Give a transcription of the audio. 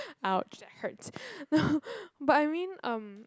!ouch! that hurts but I mean um